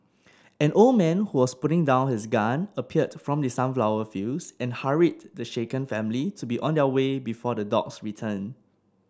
an old man who was putting down his gun appeared from the sunflower fields and hurried the shaken family to be on their way before the dogs return